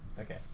okay